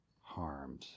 harmed